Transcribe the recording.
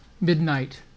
midnight